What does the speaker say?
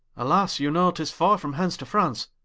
alas, you know, tis farre from hence to france,